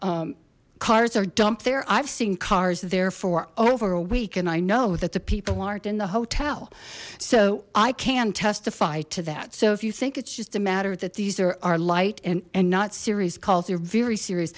call cars are dumped there i've seen cars there for over a week and i know that the people aren't in the hotel so i can testify to that so if you think it's just a matter that these are our light and and not series calls they're very serious